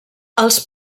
als